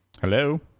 Hello